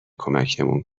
کمکمون